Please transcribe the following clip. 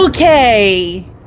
Okay